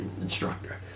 instructor